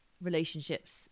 relationship's